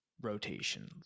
Rotation